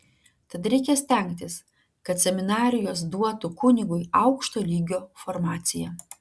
tad reikia stengtis kad seminarijos duotų kunigui aukšto lygio formaciją